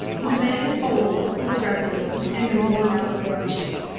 the man is old, disreputable, and a worn-out debauchee.